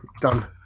Done